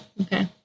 Okay